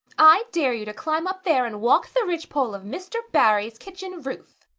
i dare you to climb up there and walk the ridgepole of mr. barry's kitchen roof.